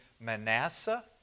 Manasseh